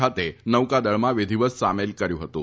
ખાતે નૌકાદળમાં વિધીવત સામેલ કર્યું હતું